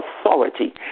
authority